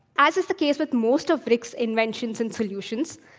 as is the case with most of rick's inventions and solutions,